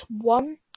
one